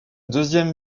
deuxième